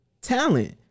Talent